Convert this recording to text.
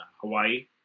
Hawaii